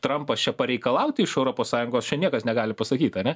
trampas čia pareikalauti iš europos sąjungos čia niekas negali pasakyt ane